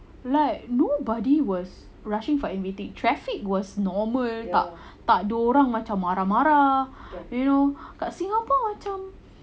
like nobody was rushing for everything traffic was normal tak takde orang yang macam marah marah you know kat singapore macam